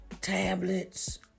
tablets